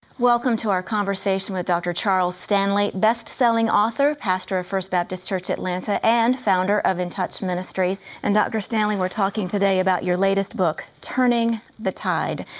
welcome to our conversation with dr. charles stanley. best-selling author, pastor of first baptist church atlanta and founder of in touch ministries. and dr. stanley, we're talking today about your latest book, turning the tide.